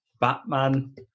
Batman